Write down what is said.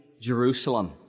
Jerusalem